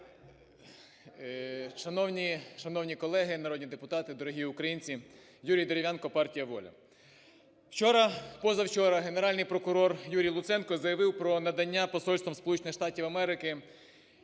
таке! Шановні колеги народні депутати! Дорогі українці! Юрій Дерев'янко, партія "Воля". Вчора… позавчора Генеральний прокурор Юрій Луценко заявив про надання посольством